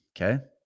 Okay